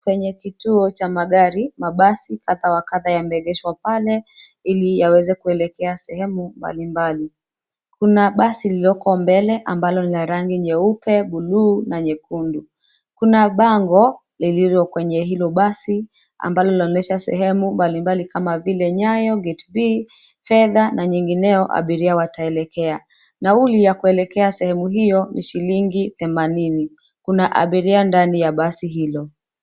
Penye kituo cha magari, mabasi kadha wa kadha yameegeshwa pale ili yaweze kuelekea sehemu mbalimbali. Kuna basi lililoko mbele ambalo ni la rangi nyeupe, bluu na nyekundu. Kuna bango llilio kwenye hilo basi ambalo laonyesha sehemu mbalimbali kama vile Nyayo, Gate B, Fedha na nyingineo abiria wataelekea. Nauli ya kuelekea sehemu hiyo ni shilingi themanini. Kuna abiria ndani ya basi hilo.